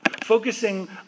Focusing